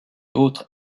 autres